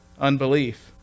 unbelief